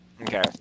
okay